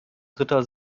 dritter